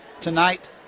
tonight